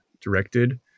directed